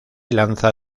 lanza